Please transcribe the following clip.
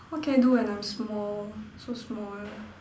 what can I do when I'm small so small